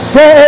Say